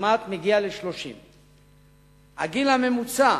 מגיע לכמעט 30. הגיל הממוצע